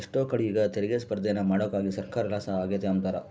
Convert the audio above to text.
ಎಷ್ಟೋ ಕಡೀಗ್ ತೆರಿಗೆ ಸ್ಪರ್ದೇನ ಮಾಡಾಕೋಗಿ ಸರ್ಕಾರ ಲಾಸ ಆಗೆತೆ ಅಂಬ್ತಾರ